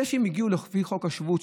זה שהם הגיעו לפי חוק השבות,